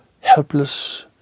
helpless